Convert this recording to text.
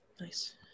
Nice